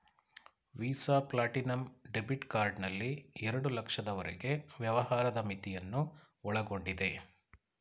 visa platinum debit card ನಲ್ಲಿ ಎರಡು ಲಕ್ಷದವರೆಗೆ ವ್ಯವಹಾರದ ಮಿತಿಯನ್ನು ಒಳಗೊಂಡಿದೆ